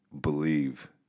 believe